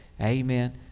Amen